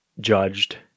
judged